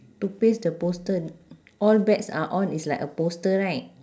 to paste the poster all bets are on it's like a poster right